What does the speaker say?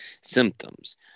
symptoms